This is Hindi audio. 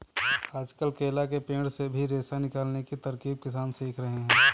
आजकल केला के पेड़ से भी रेशा निकालने की तरकीब किसान सीख रहे हैं